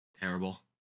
terrible